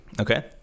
Okay